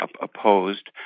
opposed